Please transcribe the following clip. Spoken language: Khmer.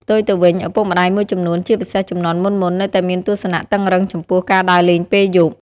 ផ្ទុយទៅវិញ ឪពុកម្ដាយមួយចំនួន ជាពិសេសជំនាន់មុនៗ នៅតែមានទស្សនៈតឹងរ៉ឹងចំពោះការដើរលេងពេលយប់ ។